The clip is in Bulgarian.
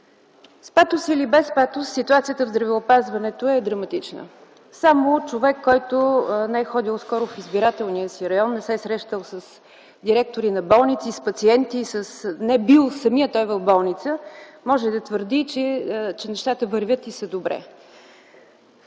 С патос или без патос ситуацията в здравеопазването е драматична. Само човек, който не е ходил скоро в избирателния си район, не се е срещал с директори на болници, с пациенти, самият той не е бил в болница, може да твърди, че нещата вървят и са добре.